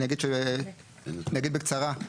אני אגיד בקצרה,